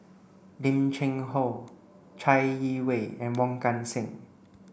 Lim Cheng Hoe Chai Yee Wei and Wong Kan Seng